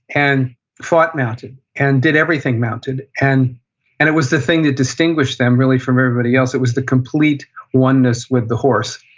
and fought mounted, and did everything mounted. and and it was the thing that distinguished them, really, from everybody else. it was the complete oneness with the horse.